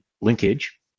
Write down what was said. linkage